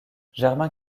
germain